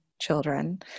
children